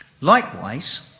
Likewise